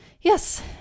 yes